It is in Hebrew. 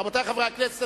רבותי חברי הכנסת,